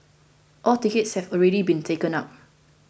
all tickets have already been taken up